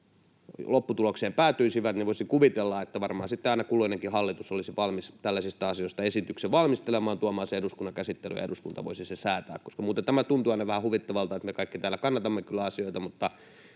lopputulokseen päätyisivät, niin voisin kuvitella, että varmaan sitten aina kulloinenkin hallitus olisi valmis tällaisista asioista esityksen valmistelemaan ja tuomaan sen eduskunnan käsittelyyn ja eduskunta voisi sen säätää, koska muuten tämä tuntuu aina vähän huvittavalta, että me kaikki täällä kannatamme kyllä asioita mutta